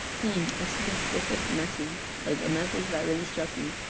a specific message, like, a message that really struck me.